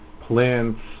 plants